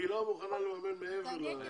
כי היא לא מוכנה לממן מעבר --- דגנית,